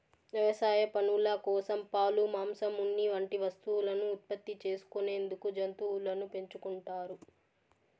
వ్యవసాయ పనుల కోసం, పాలు, మాంసం, ఉన్ని వంటి వస్తువులను ఉత్పత్తి చేసుకునేందుకు జంతువులను పెంచుకుంటారు